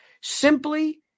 Simply